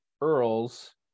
Earls